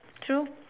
true